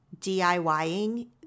DIYing